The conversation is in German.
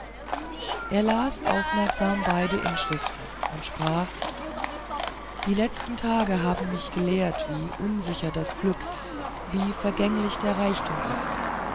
er las aufmerksam beide inschriften und sprach die letzten tage haben mich gelehrt wie unsicher das glück wie vergänglich der reichtum ist